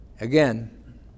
Again